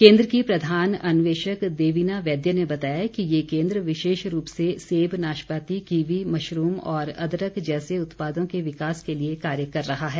केन्द्र की प्रधान अन्वेशक देविना वैद्य ने बताया कि ये केन्द्र विशेष रूप से सेब नाशपाती कीवी मशरूम और अदरक जैसे उत्पादों के विकास के लिए कार्य कर रहा है